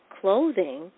clothing